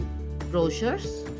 brochures